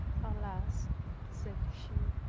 alas said she,